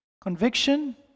Conviction